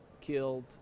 killed